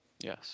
Yes